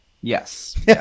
Yes